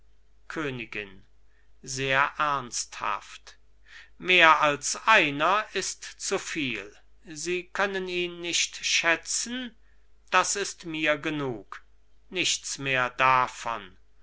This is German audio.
königin sehr ernsthaft mehr als einer ist zu viel sie können ihn nicht schätzen das ist mir genug nichts mehr davon